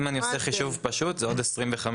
אם אני עושה חישוב פשוט זה עוד 25%,